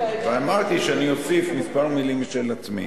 ואמרתי שאני אוסיף מלים מספר משל עצמי.